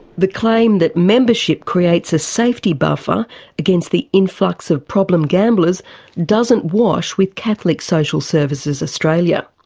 the claim that membership creates a safety buffer against the influx of problem gamblers doesn't wash with catholic social services australia.